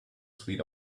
sweet